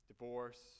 Divorce